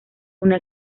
una